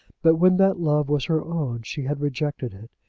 but when that love was her own she had rejected it.